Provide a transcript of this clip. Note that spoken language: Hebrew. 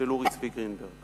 של אורי צבי גרינברג: